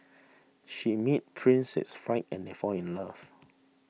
she meets Princess fried and they fall in love